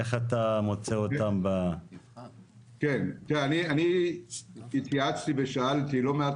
איך אתה מוצא אותם --- אני התייעצתי ושאלתי לא מעט